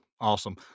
Awesome